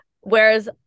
Whereas